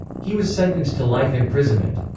he was sentenced to life imprisonment.